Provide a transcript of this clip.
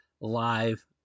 Live